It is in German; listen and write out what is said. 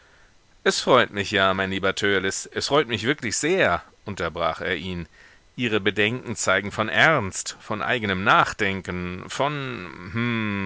es freut mich ja mein lieber törleß es freut mich wirklich sehr unterbrach er ihn ihre bedenken zeigen von ernst von eigenem nachdenken von